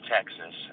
Texas